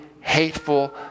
hateful